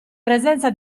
presenza